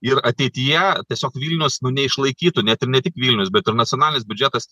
ir ateityje tiesiog vilnius nu neišlaikytų net ir ne tik vilnius bet ir nacionalinis biudžetas